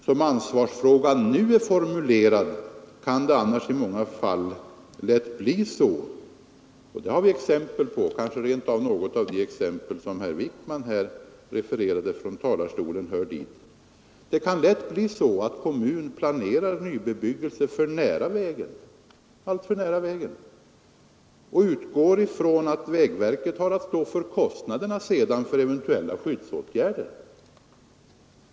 Som ansvarsfrågan nu är formulerad kan det annars i många fall lätt bli så, vilket vi har exempel på — kanske rent av något av de exempel som herr Wijkman refererade från talarstolen hör dit — att en kommun planerar nybebyggelse alltför nära vägen och utgår från att vägverket har att stå för eventuella senare kostnader för skyddsåtgärder.